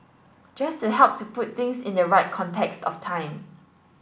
just to help to put things in the right context of time